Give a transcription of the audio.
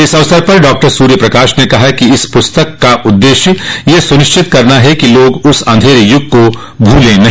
इस अवसर पर डॉक्टर सूर्यप्रकाश ने कहा कि इस प्रस्तक का उद्देश्य यह सुनिश्चित करना है कि लोग उस अंधेरे यूग को भूले नहीं